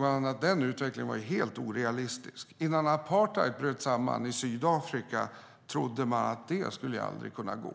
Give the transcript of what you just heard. man den utvecklingen som helt orealistisk. Innan apartheid bröt samman i Sydafrika trodde man att det aldrig skulle gå.